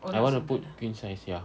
I want to put queen-sized ya